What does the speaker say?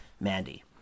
Mandy